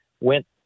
went